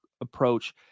approach